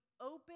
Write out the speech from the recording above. open